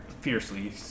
fiercely